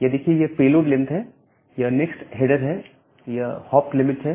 यह देखिए यह पेलोड लेंथ है यह नेक्स्ट हेडर है और यह हॉप लिमिट है